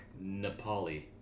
Nepali